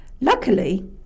Luckily